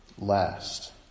last